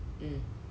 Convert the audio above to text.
mm